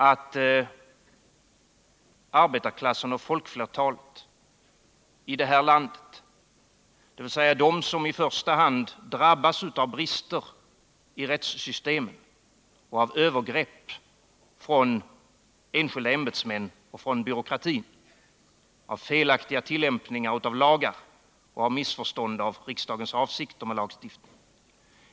Arbetarklassen och folkflertalet i det här landet är de som i första hand drabbas av brister i rättssystemet och av övergrepp från enskilda ämbetsmän och från byråkratin, av felaktiga tillämpningar av lagar och av missförstånd i fråga om riksdagens avsikter med lagstiftningen.